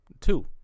Two